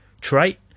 trait